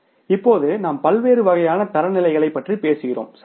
இப்போது நாம் பல்வேறு வகையான தரநிலைகளைப் பற்றி பேசுகிறோம் சரியா